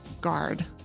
guard